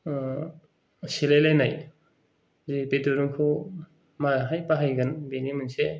सिलायलायनाय जे बे दुरुंखौ माहाय बाहायगोन बिनि मोनसे